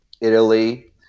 Italy